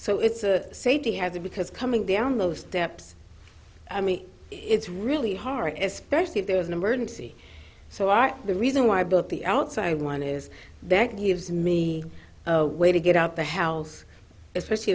so it's a safety hazard because coming down those steps i mean it's really hard especially if there's an emergency so are the reason why i built the outside one is that gives me a way to get out the house especially